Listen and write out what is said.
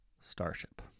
starship